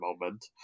moment